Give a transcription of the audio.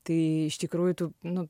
tai iš tikrųjų tu nu